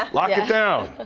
um lock it down.